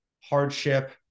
hardship